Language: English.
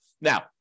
now